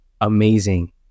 Amazing